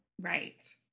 Right